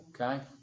Okay